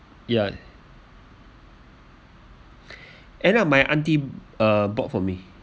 ya end up my auntie uh bought for me